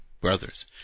brothers